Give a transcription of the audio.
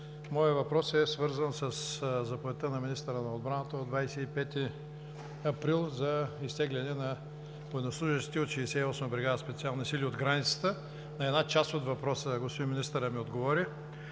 Моят въпрос е свързан със Заповедта на министъра на отбраната от 25 април 2017 г. за изтегляне на военнослужещите от 68-а бригада „Специални сили“ от границата. На една част от въпроса господин министърът ми отговори